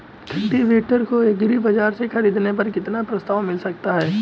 Cultivator को agri बाजार से ख़रीदने पर कितना प्रस्ताव मिल सकता है?